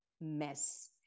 mess